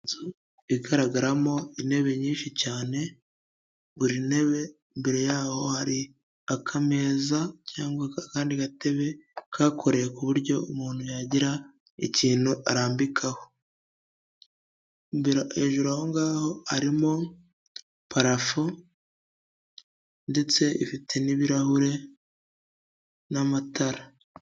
Inzu igaragaramo intebe nyinshi cyane, buri ntebe, imbere yaho hari akameza, cyangwa akandi gatebe kakorewe ku buryo umuntu yagira ikintu arambikaho. Hejuru aho ngaho harimo parafo, ndetse ifite n'ibirahure n'amatara.